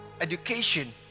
education